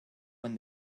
when